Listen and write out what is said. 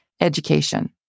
education